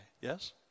yes